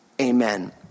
Amen